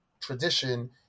tradition